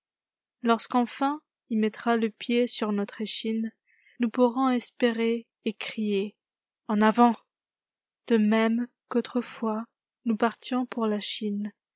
lorsque enfin il mettra le pied sur notre échine nous pourrons espérer et crier en avant de même qu'autrefois nous partions pour la chine